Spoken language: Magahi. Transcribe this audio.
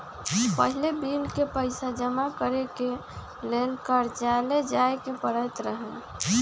पहिले बिल के पइसा जमा करेके लेल कर्जालय जाय के परैत रहए